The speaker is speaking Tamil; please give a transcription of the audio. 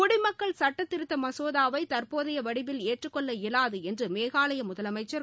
குடிமக்கள் சட்டத்திருத்த மசோதாவை தற்போதைய வடிவில் ஏற்றுக்கொள்ள இயலாது என்று மேகாலய முதலமைச்சர் திரு